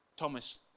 Thomas